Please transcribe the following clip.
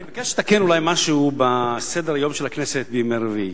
אני מבקש לתקן אולי משהו בסדר-היום של הכנסת בימי רביעי,